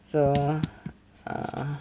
so err